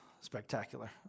spectacular